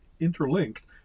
interlinked